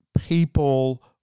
people